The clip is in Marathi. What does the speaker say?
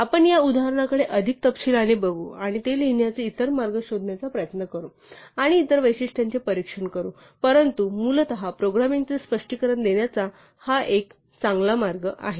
आपण या उदाहरणाकडे अधिक तपशीलाने बघू आणि ते लिहिण्याचे इतर मार्ग शोधण्याचा प्रयत्न करू आणि इतर वैशिष्ट्यांचे परीक्षण करू परंतु मूलत प्रोग्रामिंगचे स्पष्टीकरण देण्याचा हा एक चांगला मार्ग आहे